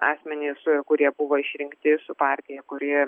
asmenys kurie buvo išrinkti su partija kuri